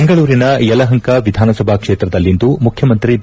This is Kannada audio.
ಬೆಂಗಳೂರಿನ ಯಲಹಂಕ ವಿಧಾನಸಭಾ ಕ್ಷೇತ್ರದಲ್ಲಿಂದು ಮುಖ್ಯಮಂತ್ರಿ ಬಿ